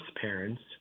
parents